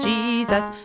Jesus